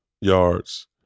yards